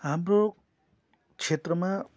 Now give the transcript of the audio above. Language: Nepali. हाम्रो क्षेत्रमा